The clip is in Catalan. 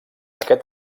aquest